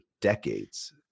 decades